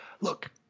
look